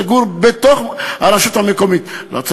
לא, לא, לא.